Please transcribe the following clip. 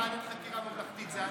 שרן, לא שמעת חדשות?